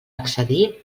accedir